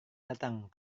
datang